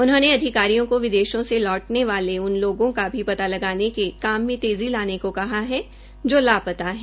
उन्होंने अधिकारियों को विदेशों से लौटने वाले उन लोगों का भी पता लगाने के काम में तेज़ी लने को कहा कि जो लापता है